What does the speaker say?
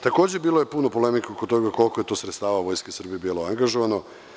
Takođe, bilo je puno polemika oko toga koliko je to sredstava Vojske Srbije bilo angažovano.